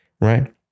right